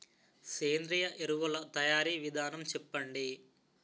సేంద్రీయ ఎరువుల తయారీ విధానం చెప్పండి?